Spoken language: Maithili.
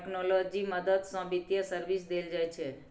टेक्नोलॉजी मदद सँ बित्तीय सर्विस देल जाइ छै